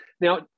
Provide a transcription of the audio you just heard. Now